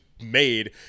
made